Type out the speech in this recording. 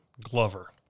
Glover